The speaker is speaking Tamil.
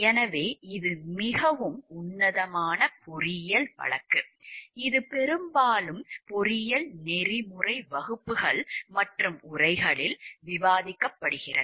எனவே இது மிகவும் உன்னதமான பொறியியல் வழக்கு இது பெரும்பாலும் பொறியியல் நெறிமுறை வகுப்புகள் மற்றும் உரைகளில் விவாதிக்கப்படுகிறது